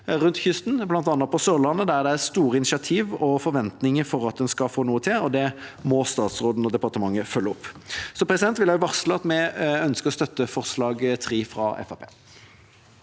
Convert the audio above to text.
langs kysten, bl.a. på Sørlandet, der det er store initiativ og forventninger til at en skal få noe til, og det må statsråden og departementet følge opp. Jeg vil også varsle at vi ønsker å støtte forslag nr.